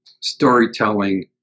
storytelling